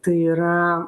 tai yra